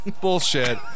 Bullshit